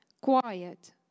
quiet